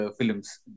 films